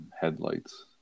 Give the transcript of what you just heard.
headlights